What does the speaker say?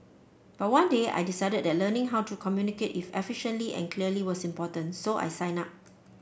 but one day I decided the learning how to communicate efficiently and clearly was important so I signed up